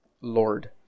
Lord